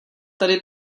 tedy